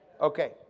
Okay